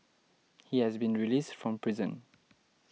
he has been released from prison